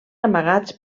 amagats